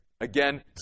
again